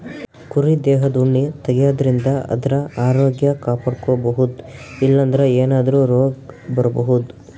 ಕುರಿ ದೇಹದ್ ಉಣ್ಣಿ ತೆಗ್ಯದ್ರಿನ್ದ ಆದ್ರ ಆರೋಗ್ಯ ಕಾಪಾಡ್ಕೊಬಹುದ್ ಇಲ್ಲಂದ್ರ ಏನಾದ್ರೂ ರೋಗ್ ಬರಬಹುದ್